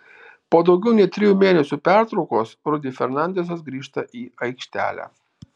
po daugiau nei trijų mėnesių pertraukos rudy fernandezas grįžta į aikštelę